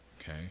okay